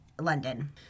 london